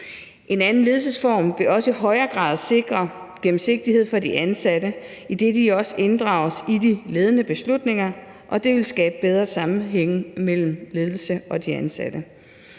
En anden ledelsesform vil også i højere grad sikre gennemsigtighed for de ansatte, idet de også inddrages i de ledende beslutninger, og det vil skabe bedre sammenhæng mellem ledelsen og de ansatte.